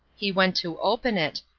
he went to open it,